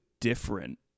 different